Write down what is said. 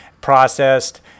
processed